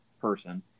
person